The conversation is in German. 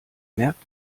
merkt